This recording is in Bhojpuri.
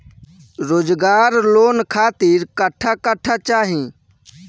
रोजगार लोन खातिर कट्ठा कट्ठा चाहीं?